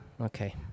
Okay